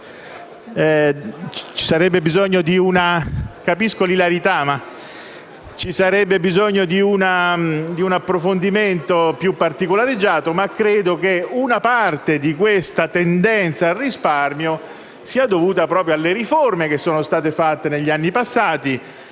Ci sarebbe bisogno di un approfondimento più particolareggiato, ma credo che una parte di questa tendenza al risparmio sia dovuta alle riforme che sono state fatte negli anni passati: